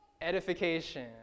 edification